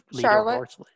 Charlotte